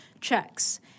checks